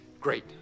Great